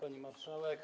Pani Marszałek!